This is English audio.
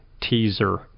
teaser